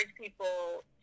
people